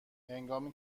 هنگامی